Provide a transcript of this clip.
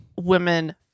women